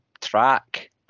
track